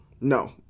No